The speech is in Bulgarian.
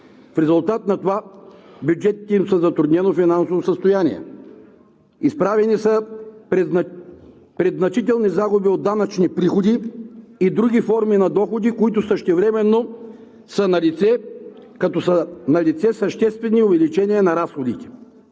В резултат на това бюджетите им са в затруднено финансово състояние. Изправени са пред значителни загуби от данъчни приходи и други форми на доходи, които същевременно са налице, като са налице и съществени увеличения на разходите.